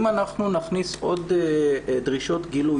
אם אנחנו נכניס עוד דרישות גילוי